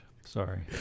Sorry